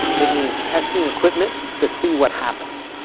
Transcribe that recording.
it means testing and equipment to see what happens.